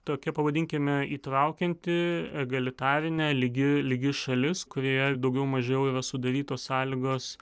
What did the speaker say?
tokia pavadinkime įtraukianti egalitarinė lygi lygi šalis kurioje daugiau mažiau yra sudarytos sąlygos